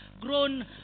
grown